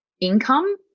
income